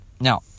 Now